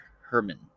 Herman